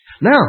Now